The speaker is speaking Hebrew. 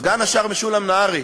סגן השר משולם נהרי,